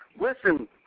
Listen